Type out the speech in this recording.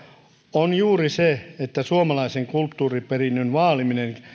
on juuri se että suomalaisen kulttuuriperinnön vaaliminen